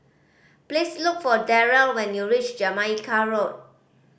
please look for Darrell when you reach Jamaica Road